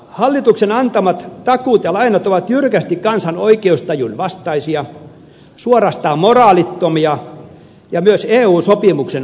hallituksen antamat takuut ja lainat ovat jyrkästi kansan oikeustajun vastaisia suorastaan moraalittomia ja myös eu sopimuksen vastaisia